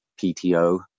PTO